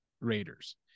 Raiders